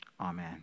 Amen